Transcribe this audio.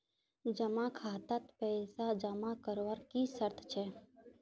जमा खातात पैसा जमा करवार की शर्त छे?